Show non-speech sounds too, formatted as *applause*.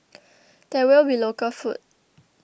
*noise* there will be local food